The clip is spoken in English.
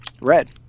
Red